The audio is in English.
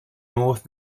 north